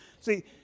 See